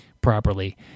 properly